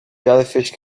jellyfish